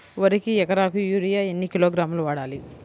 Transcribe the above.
వరికి ఎకరాకు యూరియా ఎన్ని కిలోగ్రాములు వాడాలి?